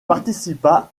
participa